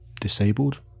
disabled